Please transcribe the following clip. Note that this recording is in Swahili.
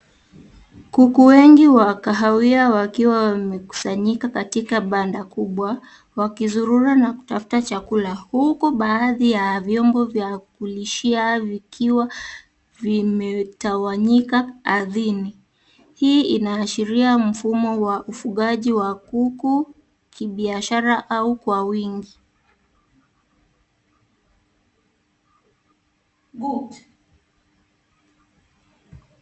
Kuku wengi wa kahawia wakiwa wamekusanyika katika banda kubwa wakizurura na kutafuta chakula huku baadhi ya vyombo vya kulishia vikiwa vimetawanyika ardhini. Hii inaashiria mfumo wa ufugaji wa kuku kibiashara au kwa wingi.